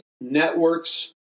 networks